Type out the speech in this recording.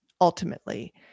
ultimately